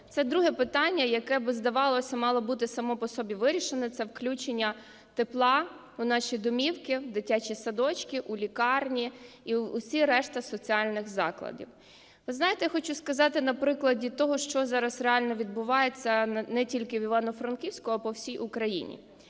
Це друге питання, яке б, здавалося, мало бути саме по собі вирішене, це включення тепла в наші домівки, в дитячі садочки, у лікарні і у всі решта соціальних закладів. Ви знаєте, я хочу сказати на прикладі того, що зараз реально відбувається не тільки у Івано-Франківську, а по всій Україні.